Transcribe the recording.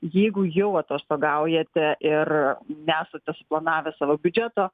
jeigu jau atostogaujate ir nesate suplanavę savo biudžeto